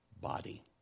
body